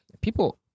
People